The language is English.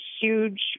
huge